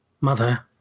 Mother